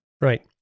Right